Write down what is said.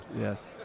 Yes